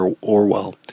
Orwell